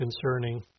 concerning